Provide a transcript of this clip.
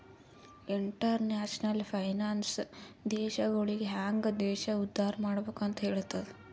international finance ದೇಶಗೊಳಿಗ ಹ್ಯಾಂಗ್ ದೇಶ ಉದ್ದಾರ್ ಮಾಡ್ಬೆಕ್ ಅಂತ್ ಹೆಲ್ತುದ